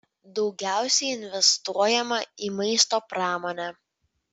daugiausiai investuojama į maisto pramonę